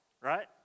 right